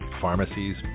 pharmacies